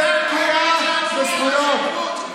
זאת פגיעה בזכויות.